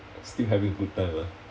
still having good time ah